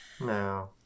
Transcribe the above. No